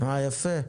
יפה.